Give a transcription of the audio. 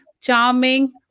charming